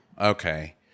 Okay